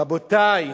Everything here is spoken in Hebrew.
רבותי,